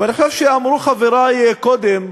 ואני חושב שאמרו חברי קודם,